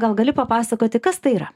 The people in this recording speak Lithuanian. gal gali papasakoti kas tai yra